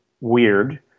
weird